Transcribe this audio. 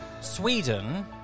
sweden